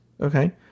okay